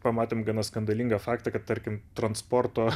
pamatėm gana skandalingą faktą kad tarkim transporto